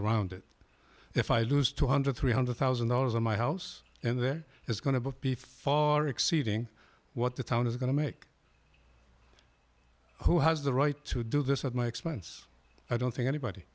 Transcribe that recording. around it if i lose two million three hundred thousand dollars on my house and there is going to be far exceeding what the town is going to make who has the right to do this at my expense i don't think anybody